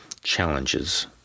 challenges